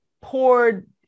poured